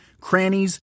crannies